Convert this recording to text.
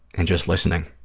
and just listening.